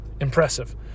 impressive